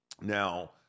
Now